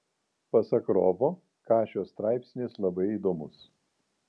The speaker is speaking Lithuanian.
pasak rovo kašio straipsnis labai įdomus